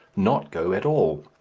not go at all.